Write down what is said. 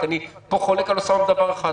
רק אני חולק עליו בדבר אחד.